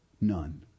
None